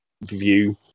view